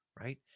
right